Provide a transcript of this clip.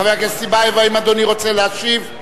חבר הכנסת טיבייב, האם אדוני רוצה להשיב?